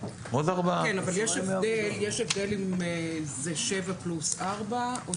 כן, אבל יש הבדל אם זה עשר פלוס ארבע או